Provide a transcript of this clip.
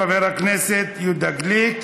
חבר הכנסת יהודה גליק.